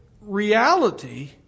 reality